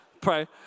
pray